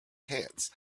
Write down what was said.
pants